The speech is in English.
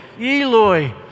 Eloi